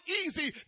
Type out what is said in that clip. easy